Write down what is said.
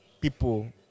people